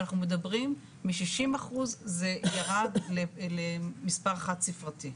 ואנחנו מדברים שמ-60% זה ירד למספר חד ספרתי.